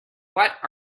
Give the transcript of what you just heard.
what